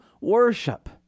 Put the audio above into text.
worship